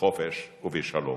בחופש ובשלום.